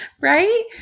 Right